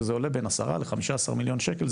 שזה עולה בין 10-15 מיליון שקל.